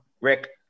Rick